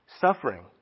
suffering